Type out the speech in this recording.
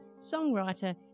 songwriter